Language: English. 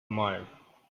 mile